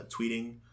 tweeting